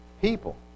people